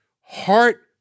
heart